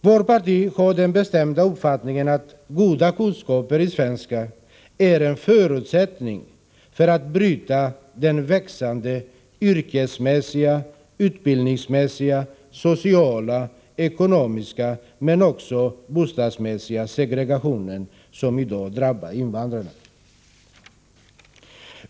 Vårt parti har den bestämda uppfattningen att goda kunskaper i svenska är en förutsättning för att man skall kunna bryta den växande yrkesmässiga, utbildningsmässiga, sociala, ekonomiska och bostadsmässiga segregation som i dag drabbar invandrarna.